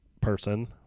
person